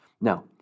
Now